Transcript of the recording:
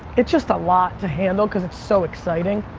it's just a lot to handle cause it's so exciting.